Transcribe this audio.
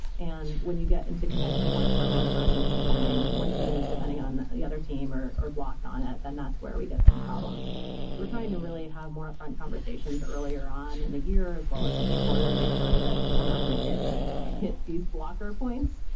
and when you get into contention points where one person is depending one team is depending on the other team, or or blocked on it, then that's where we get some problems we're trying to really have more upfront conversations earlier on in the year, as well as each quarter to make sure that we're not going to hit hit these blocker points.